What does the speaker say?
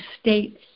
states